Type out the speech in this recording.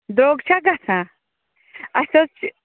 درٛۅگ چھا گَژھان اَسہِ حظ چھِ